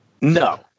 no